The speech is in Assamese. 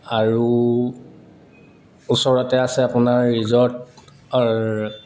আৰু ওচৰতে আছে আপোনাৰ ৰিজৰ্ট